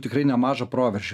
tikrai nemažą proveržį